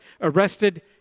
arrested